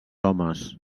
homes